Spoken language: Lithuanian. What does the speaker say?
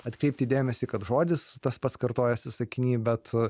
atkreipti dėmesį kad žodis tas pats kartojasi sakiny bet